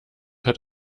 hat